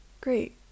great